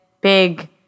big